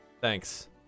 Thanks